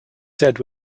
said